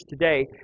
today